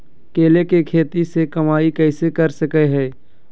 केले के खेती से कमाई कैसे कर सकय हयय?